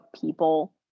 people